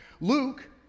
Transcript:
Luke